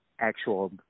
actual